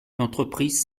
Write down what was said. l’entreprise